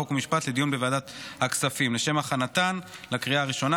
חוק ומשפט לדיון בוועדת הכספים לשם הכנתן לקריאה הראשונה.